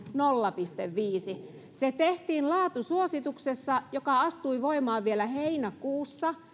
nolla pilkku viisi se se tehtiin laatusuosituksessa joka astui voimaan vielä heinäkuussa